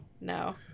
No